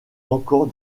encore